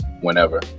whenever